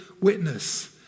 witness